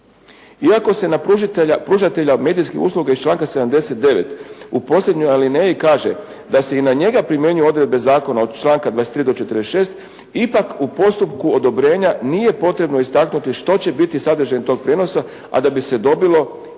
Iako se na pružatelja medijskih usluga iz članka 79. u posljednjoj alineji kaže da se i na njega primjenjuju odredbe zakona od članka 23. do 46. ipak u postupku odobrenja nije potrebno istaknuti što će biti sadržaj tog prijenosa a da bi se dobilo ili